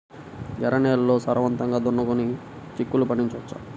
ఎర్ర నేలల్లో సారవంతంగా దున్నుకొని చిక్కుళ్ళు పండించవచ్చు